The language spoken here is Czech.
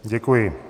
Děkuji.